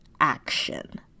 action